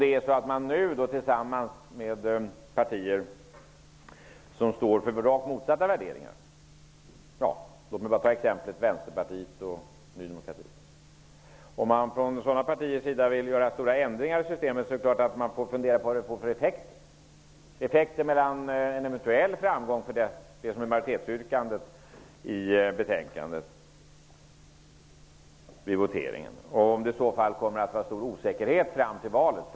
Det finns partier som har rakt motsatta värderingar som exempelvis Vänsterpartiet och Ny demokrati, vilka vill göra stora förändringar i systemet. Då får man självfallet fundera över vad det får för effekter för en eventuell framgång för majoritetsyrkandet i betänkandet vid en votering och om det i så fall kommer att råda stor osäkerhet fram till valet.